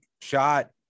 shot